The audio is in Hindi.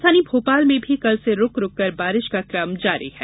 राजधानी भोपाल में भी कल से रुक रुक पर बारिश का क्रम जारी है